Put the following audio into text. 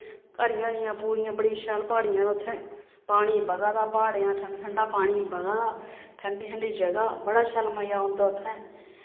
हरियां हरियां पूरियां बड़ियां शैल प्हाड़ियां न उत्थें पानी बगा दा प्हाड़ें दा ठंडा ठंडा पानी बगा दा ठंडा ठंडी जगह् बड़ा शैल मज़ा औंदा उत्थें